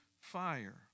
fire